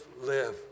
live